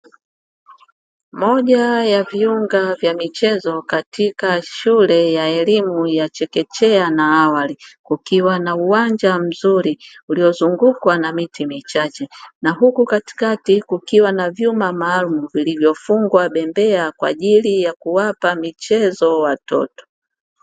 Moja ya viunga vya michezo katika shule ya elimu ya chekechea na awali, kukiwa na uwanja mzuri ulio zungukwa na miti michache, na huku katikati kukiwa na vyuma maalumu, vilivyo fungwa bembea kwa ajili ya kuwapa michezo watoto.